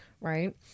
right